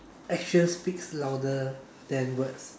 actions speaks louder than words